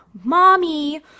Mommy